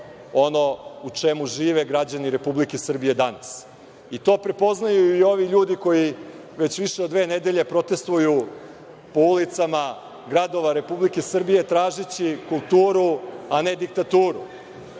ono u čemu žive građani Republike Srbije danas. To prepoznaju i ovi ljudi koji već više od dve nedelje protestvuju po ulicama gradova Republike Srbije tražeći kulturu, a ne diktaturu.